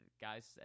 guys